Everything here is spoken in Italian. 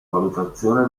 valutazione